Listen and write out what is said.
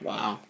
Wow